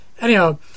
Anyhow